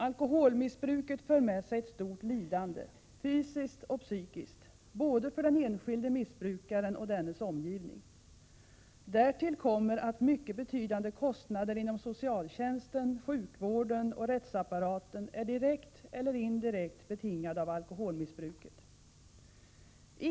Alkoholmissbruket för med sig ett stort lidande, fysiskt och psykiskt, både för den enskilde missbrukaren och för dennes omgivning. Därtill kommer att mycket betydande kostnader inom socialtjänsten, sjukvården och rättsapparaten är direkt eller indirekt betingade av alkoholmissbruket.